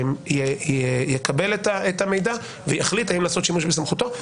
יקבל את המידע ויחליט האם לעשות שימוש בסמכותו,